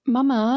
Mama